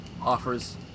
offers